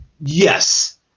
yes